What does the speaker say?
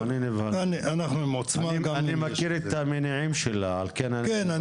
אני מכיר את המניעים שלה, על כן אני נבהל.